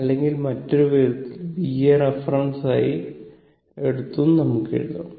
അല്ലെങ്കിൽ മറ്റൊരു വിധത്തിൽ v യെ റഫറൻസായി എഎടുത്തും നമുക്ക് എഴുതാം